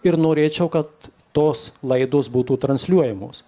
ir norėčiau kad tos laidos būtų transliuojamos